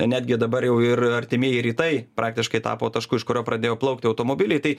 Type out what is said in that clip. e netgi dabar jau ir artimieji rytai praktiškai tapo tašku iš kurio pradėjo plaukti automobiliai tai